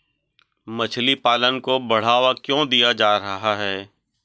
मछली पालन को बढ़ावा क्यों दिया जा रहा है?